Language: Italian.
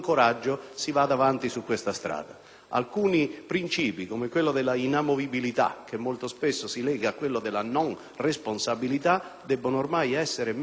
Alcuni princìpi, come quello della inamovibilità, che molto spesso si lega a quello della non responsabilità, devono ormai essere messi pienamente in discussione.